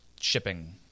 shipping